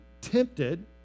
tempted